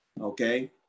okay